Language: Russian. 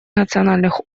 национальных